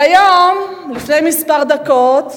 והיום, לפני דקות מספר,